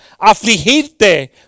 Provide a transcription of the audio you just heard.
afligirte